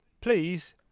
please